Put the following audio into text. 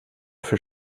für